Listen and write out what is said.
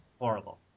Horrible